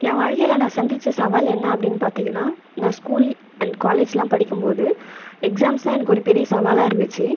என் வாழ்க்கையில் நான் சந்தித்த சவால் என்ன அப்படினு பார்த்தீங்கன்னா நான் ஸ்கூல் அண்ட் காலேஜெலாம் படிக்கும் போது எக்ஸாம்ஸ் தான் எனக்கு பெரிய சவாலாக இருந்துச்சு